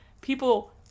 people